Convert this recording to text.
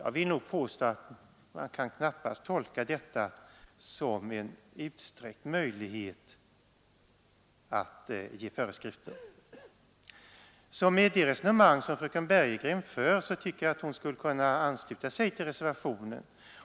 Jag vill påstå att man knappast kan tolka det skrivna som en utsträckt möjlighet att ge föreskrifter. Därför tycker jag, att med det resonemang som fröken Bergegren för skulle hon kunna ansluta sig till reservationen.